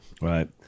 Right